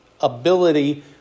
ability